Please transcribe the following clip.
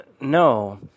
No